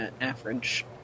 average